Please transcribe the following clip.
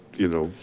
you know,